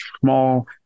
small